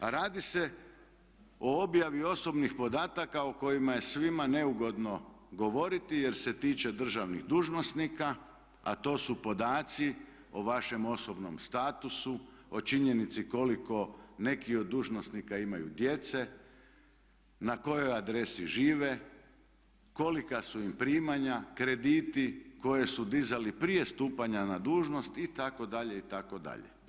A radi se o objavi osobnih podataka o kojima je svima neugodno govoriti jer se tiče državnih dužnosnika, a to su podaci o vašem osobnom statusu, o činjenici koliko neki od dužnosnika imaju djece, na kojoj adresi žive, kolika su im primanja, krediti koje su dizali prije stupanja na dužnost itd., itd.